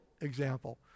example